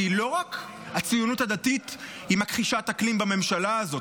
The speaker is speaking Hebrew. כי לא רק הציונות הדתית היא מכחישת אקלים בממשלה הזאת,